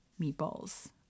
meatballs